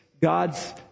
God's